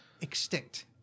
extinct